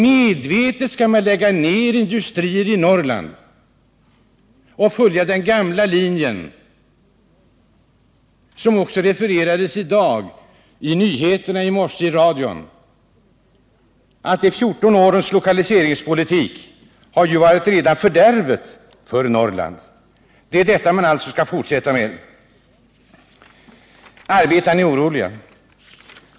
Medvetet skall man lägga ned industrier i Norrland och följa den gamla linjen, som också refererades i morse i nyheterna i radion, nämligen att de 14 årens lokaliseringspolitik varit rena fördärvet för Norrland. Detta skall man alltså fortsätta med. Arbetarna är oroliga.